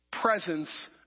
presence